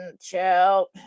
chill